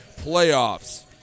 playoffs